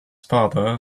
father